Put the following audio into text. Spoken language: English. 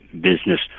business